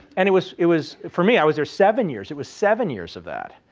and it was it was for me i was there seven years it was seven years of that.